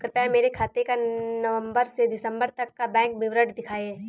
कृपया मेरे खाते का नवम्बर से दिसम्बर तक का बैंक विवरण दिखाएं?